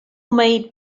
made